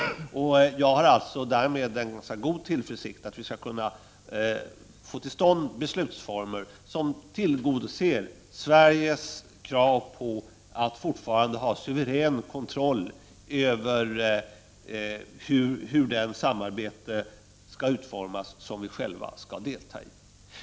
Jag har därmed ganska gott hopp om att vi skall kunna få till stånd beslutsformer som tillgodoser Sveriges krav på att fortfarande ha suverän kontroll över hur det samarbete skall utformas som vi själva skall delta i.